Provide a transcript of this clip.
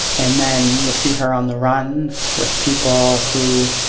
and then you'll see her on the run with people who,